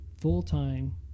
full-time